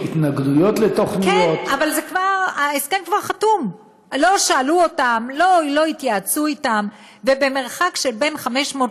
תודה שכינית אותי עקשנית, אין ספק שלפעמים